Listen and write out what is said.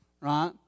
Right